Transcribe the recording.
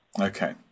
Okay